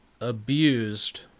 abused